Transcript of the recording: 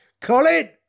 Colin